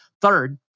Third